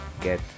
get